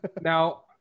Now